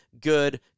good